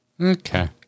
Okay